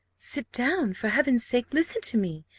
sit down for heaven's sake listen to me,